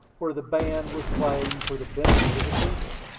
where the band was playing for the benefit of the people.